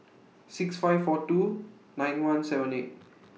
six five four two nine one seven eight